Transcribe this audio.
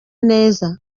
neza